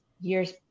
years